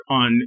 on